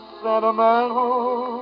sentimental